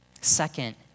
Second